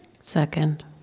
SECOND